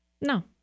No